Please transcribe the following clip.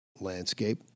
landscape